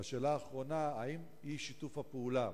והשאלה האחרונה: האם אי-שיתוף הפעולה